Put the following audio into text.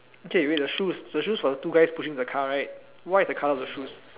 okay wait the shoes the shoes for the two guys pushing the car right what is the colour of the shoes